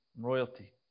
Royalty